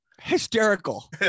hysterical